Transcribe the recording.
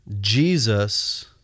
Jesus